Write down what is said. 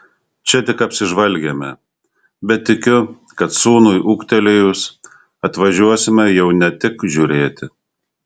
čia tik apsižvalgėme bet tikiu kad sūnui ūgtelėjus atvažiuosime jau ne tik žiūrėti